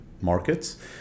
markets